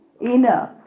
enough